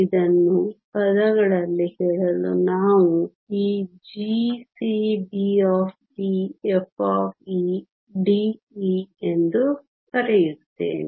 ಇದನ್ನು ಪದಗಳಲ್ಲಿ ಹೇಳಲು ನಾನು ಆ gCB f dE ಎಂದು ಕರೆಯುತ್ತೇನೆ